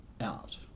out